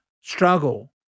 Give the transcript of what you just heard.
struggle